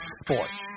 sports